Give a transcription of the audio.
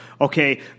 Okay